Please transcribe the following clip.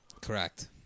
Correct